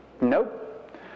Nope